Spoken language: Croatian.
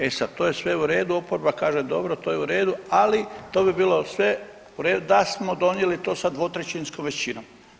E sad, to je sve u redu, oporba kaže dobro, to je u redu, ali to bi bilo sve u redu da smo donijeli to sa dvotrećinskom većinom.